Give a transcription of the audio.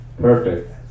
Perfect